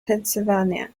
pennsylvania